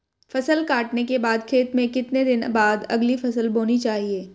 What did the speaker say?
फसल काटने के बाद खेत में कितने दिन बाद अगली फसल बोनी चाहिये?